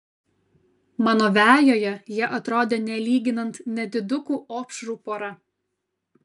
mano vejoje jie atrodė nelyginant nedidukų opšrų pora